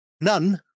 none